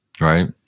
Right